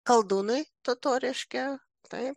koldūnai totoriški taip